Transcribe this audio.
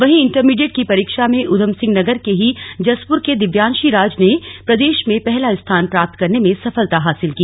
वहीं इण्टरमीडिएट की परीक्षा में उधसिंह नगर के ही जसपुर के दिव्यांशी राज ने प्रदेश में पहला स्थान प्राप्त करने में सफलता हासिल की